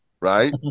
right